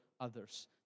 others